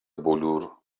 بلور